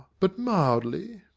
but mildly.